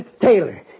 Taylor